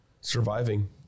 surviving